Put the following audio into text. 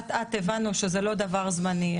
אט אט הבנו שזה לא דבר זמני,